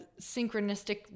synchronistic